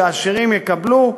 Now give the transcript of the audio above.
שהעשירים יקבלו,